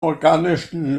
organischen